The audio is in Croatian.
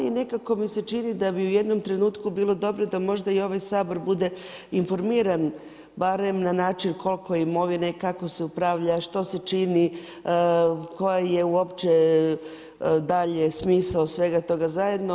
I nekako mi se čini da bi u jednom trenutku bilo dobro da možda i ovaj Sabor bude informiran barem na način koliko imovine, kako se upravlja, što se čini, koja je uopće dalje smisao svega toga zajedno.